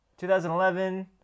2011